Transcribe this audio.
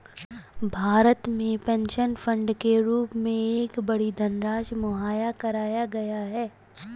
भारत में pension fund के रूप में एक बड़ी धनराशि मुहैया कराया गया है